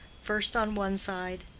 first on one side,